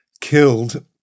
killed